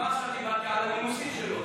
ועל מה עכשיו דיברתי, על הנימוסים שלו.